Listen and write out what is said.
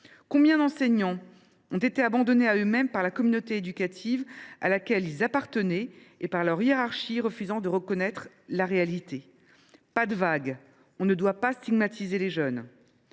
Combien d’enseignants ont été abandonnés à eux mêmes par la communauté éducative à laquelle ils appartenaient et par leur hiérarchie refusant de reconnaître la réalité ?« Pas de vagues »,« on ne doit pas stigmatiser les jeunes